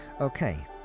Okay